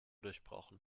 durchbrochen